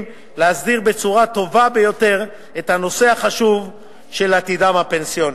להסדיר בצורה טובה ביותר את הנושא החשוב של עתידם הפגנסיוני.